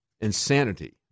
insanity